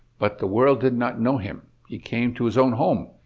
but the world did not know him. he came to his own home,